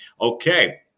Okay